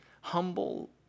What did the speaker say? humble